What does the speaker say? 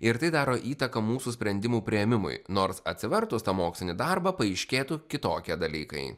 ir tai daro įtaką mūsų sprendimų priėmimui nors atsivertus tą mokslinį darbą paaiškėtų kitokie dalykai